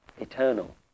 eternal